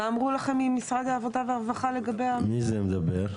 מה אמרו לכם ממשרד העבודה והרווחה לגבי המפעל?